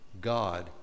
God